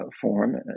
form